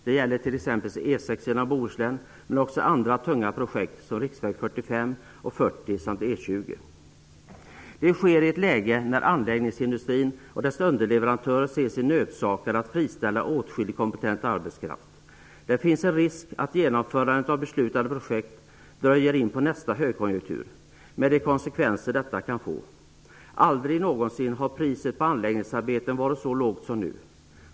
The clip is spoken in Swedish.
Det gäller t.ex. E 6 genom Bohuslän, men också andra tunga projekt som riksvägarna 45 och 40 samt E 20. Detta sker i ett läge när anläggningsindustrin och dess underleverantörer ser sig nödsakade att friställa åtskillig kompetent arbetskraft. Det finns en risk att genomförandet av beslutade projekt dröjer in på nästa högkonjunktur, med de konsekvenser som detta kan få. Aldrig någonsin har priset på anläggningsarbeten varit så lågt som nu.